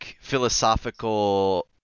philosophical